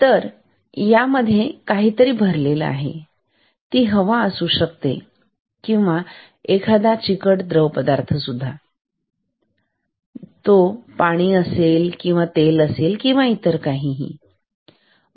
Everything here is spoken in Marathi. तर यामध्ये काहीतरी भरलेला आहे हवा असू शकते किंवा एखादं चिकट द्रव पदार्थ सुद्धा असू शकतो जो पाणी असेल तेल असेल किंवा इतर काही